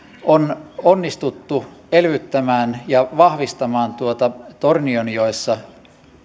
on onnistuttu elvyttämään ja vahvistamaan tuota tornionjoessa